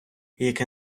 яке